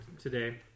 today